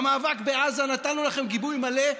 במאבק בעזה נתנו לכם גיבוי מלא.